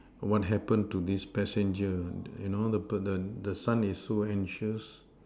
what happened to this passenger you know the passen~ the son is so anxious